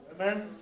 Amen